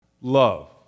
love